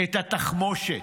את התחמושת,